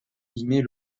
mimer